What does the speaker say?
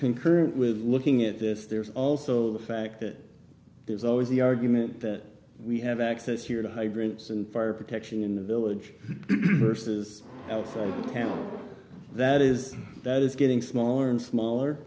concurrent with looking at this there's also the fact that there's always the argument that we have access here to hydrants and fire protection in the village or says carol that is that is getting smaller and smaller